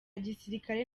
gisirikare